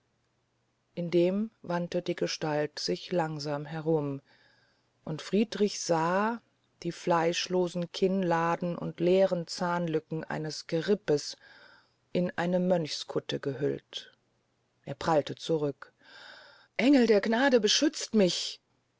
indem wandte die gestalt sich langsam herum und friedrich sah die fleischlosen kinnladen und leeren zahnlücken eines gerippes in eine mönchskutte gehüllt er prallte zurück engel der gnade beschützt mich